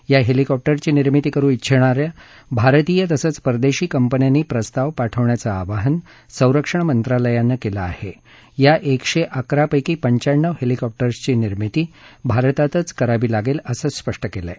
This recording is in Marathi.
या हेलिकॉप्टरची निर्मिती करू इच्छिणाऱ्या भारतीय तसंच परदेशी कंपन्यांनी प्रस्ताव पाठवण्याचं आवाहन संरक्षण मंत्रालयानं केलं असून या एकशे अकरा पैकी पंचाण्णव हेलिकॉप्टरची निर्मिती भारतातच करावी लागेल असं स्पष्ट केलं आहे